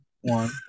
one